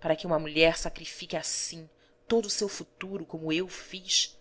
para que uma mulher sacrifique assim todo seu futuro como eu fiz